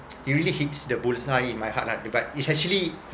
he really hits the bullseye in my heart lah but is actually